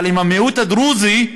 אבל המיעוט הדרוזי,